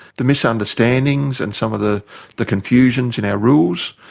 the misunderstandings and some of the the confusions in our rules,